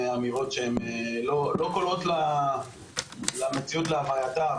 אמירות שהן לא קולעות למציאות להווייתה,